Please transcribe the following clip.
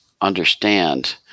understand